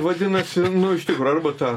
vadinasi nu iš tikro arba tą